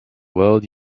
world